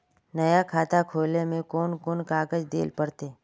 नया खाता खोले में कौन कौन कागज देल पड़ते?